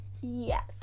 yes